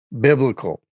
biblical